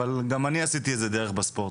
אבל גם אני עשיתי איזו דרך בספורט.